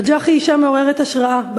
נג'אח היא אישה מעוררת השראה,